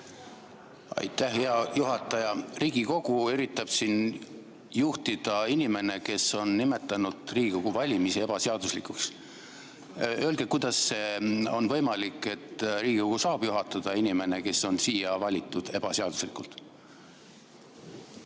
Aitäh, hea juhataja! Riigikogu üritab siin juhtida inimene, kes on nimetanud Riigikogu valimisi ebaseaduslikuks. Öelge, kuidas on võimalik, et Riigikogu saab juhatada inimene, kes on siia valitud ebaseaduslikult?